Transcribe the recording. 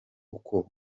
uko